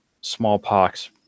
smallpox